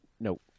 Nope